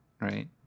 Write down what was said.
right